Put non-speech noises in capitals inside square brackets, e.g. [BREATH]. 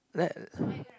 let [BREATH]